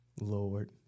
Lord